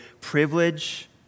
privilege